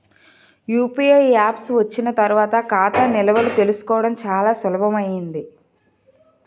UPI apps వచ్చిన తర్వాత ఖాతా నిల్వలు తెలుసుకోవడం చాలా సులభమైంది